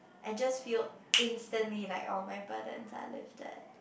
I just feel instantly like all my burdens are lifted